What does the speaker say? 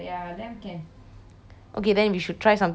okay then we should try something which is which didn't try